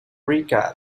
rica